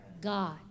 God